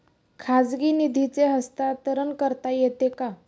खाजगी निधीचे हस्तांतरण करता येते का?